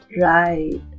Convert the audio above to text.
Right